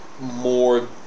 more